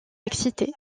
excités